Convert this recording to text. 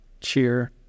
cheer